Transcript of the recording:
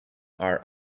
are